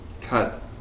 cut